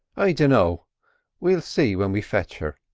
i dinno we'll see when we fetch her.